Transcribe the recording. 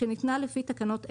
שניתנה לפי תקנות אלה,